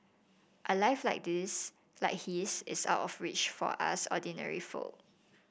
a life like this like his is out of the reach of us ordinary folk